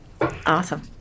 Awesome